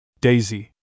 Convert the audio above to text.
Daisy